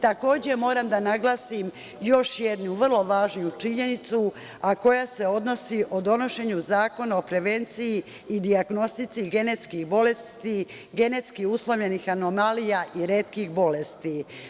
Takođe, moram da naglasim još jednu vrlo važnu činjenicu, a koja se odnosi na donošenje Zakona o prevenciji i dijagnostici genetskih bolesti, genetski uslovljenih anomalija i retkih bolesti.